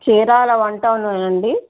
Chirala one టౌనేనా అండి